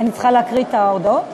בוז'י ולחברי האופוזיציה,